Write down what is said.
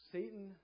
Satan